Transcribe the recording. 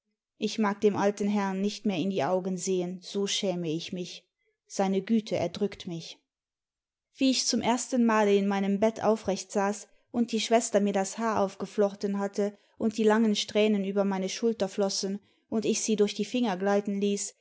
ich mag dem alten herrn nicht mehr in die augen sehen so schäme ich mich seine güte erdrückt mich wie ich zum ersten male in meinem bett aufrecht saß imd die schwester mir das haar aufgeflochten hatte und die langen strähnen über meine schulter flössen und ich sie durch die finger gleiten ließ